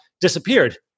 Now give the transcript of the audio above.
disappeared